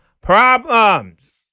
problems